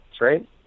right